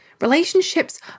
Relationships